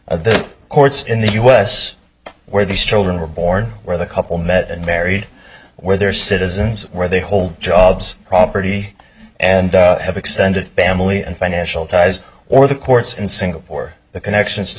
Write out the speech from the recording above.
the courts in the us where these children were born where the couple met and married where they're citizens where they hold jobs property and have extended family and financial ties or the courts in singapore the connections to